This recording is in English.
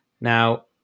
Now